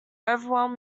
overwhelmed